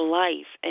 life